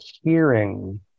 hearing